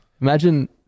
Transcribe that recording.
Imagine